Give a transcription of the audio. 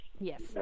yes